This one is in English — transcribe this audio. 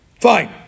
Fine